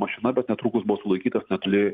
mašina bet netrukus bus sulaikytas netoli